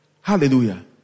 Hallelujah